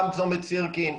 גם צומת סירקין,